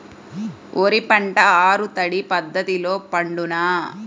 వరి పంట ఆరు తడి పద్ధతిలో పండునా?